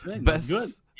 best